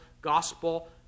gospel